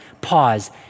Pause